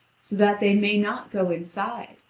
so that they may not go inside.